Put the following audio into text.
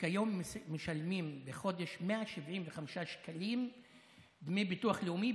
שכיום משלמים בחודש 175 שקלים דמי ביטוח לאומי,